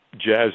jazz